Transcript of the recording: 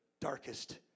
darkest